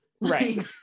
right